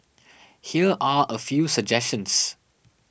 here are a few suggestions